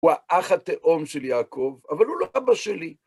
הוא האח התאום של יעקב, אבל הוא לא אבא שלי.